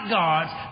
gods